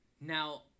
Now